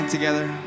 Together